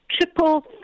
Triple